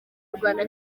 rwanda